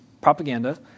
propaganda